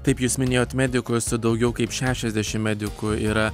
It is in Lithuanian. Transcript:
taip jūs minėjot medikus daugiau kaip šešiasdešimt medikų yra